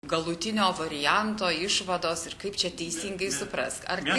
galutinio varianto išvados ir kaip čia teisingai suprasti ar ne